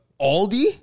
Aldi